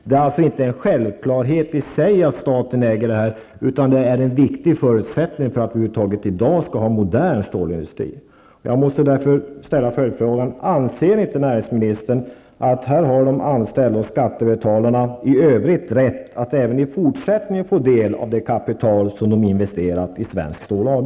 Det är alltså inte en självklarhet i sig att staten äger företaget, utan det är en viktigt förutsättning för att vi över huvud taget skall ha en modern stålindustri i dag. Jag måste därför ställa en följdfråga: Anser inte näringsministern att de anställda och skattebetalarna i övrigt har rätt att även i fortsättningen få del av det kapital som de investerat i Svenskt Stål AB?